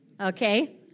Okay